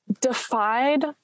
defied